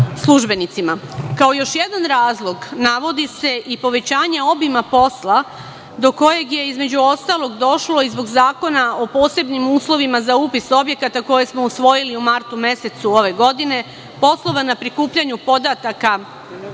službenicima. Kao još jedan razlog navodi se povećanje obima posla, do kojeg je, između ostalog, došlo i zbog Zakona o posebnim uslovima za upis objekata, koji smo usvojili u martu mesecu ove godine, poslova na prikupljanju podataka